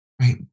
right